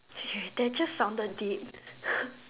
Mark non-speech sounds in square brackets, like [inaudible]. that just sounded deep [laughs]